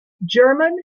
german